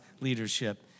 leadership